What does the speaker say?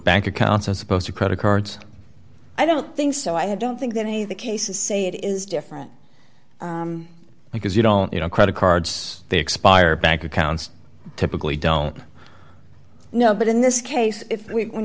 bank accounts as opposed to credit cards i don't think so i don't think that any of the cases say it is different because you don't you know credit cards they expire bank accounts typically don't no but in this case i